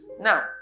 Now